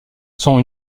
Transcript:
sont